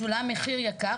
שולם מחיר יקר...